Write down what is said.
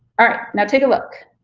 ah now take a look.